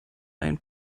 ein